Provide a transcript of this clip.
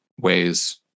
ways